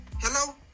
Hello